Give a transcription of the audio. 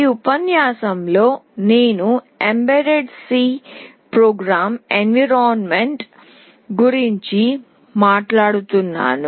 ఈ ఉపన్యాసంలో నేను ఎంబెడ్ C ప్రోగ్రామింగ్ ఎన్విరాన్మెంట్ గురించి మాట్లాడుతున్నాను